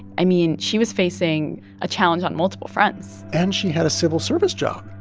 i mean, she was facing a challenge on multiple fronts and she had a civil service job.